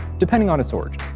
depending on its origin.